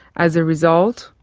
as a result,